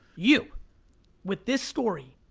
you with this story,